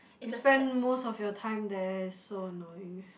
you spend most of your time there is so annoying